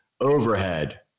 overhead